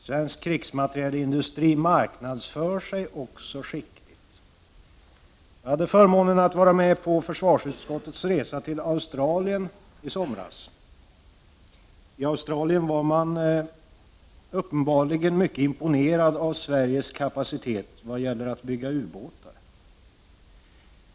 Svensk krigsmaterielindustri marknadsför sig också skickligt. Jag hade förmånen att vara med på försvarsutskottets resa till Australien i somras. I Australien var man uppenbarligen mycket imponerad av Sveriges kapacitet vad gäller att bygga ubåtar.